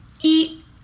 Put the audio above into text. eat